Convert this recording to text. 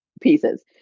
pieces